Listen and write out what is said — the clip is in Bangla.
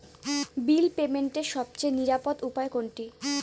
বিল পেমেন্টের সবচেয়ে নিরাপদ উপায় কোনটি?